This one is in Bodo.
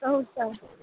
औ सार